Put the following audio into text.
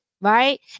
right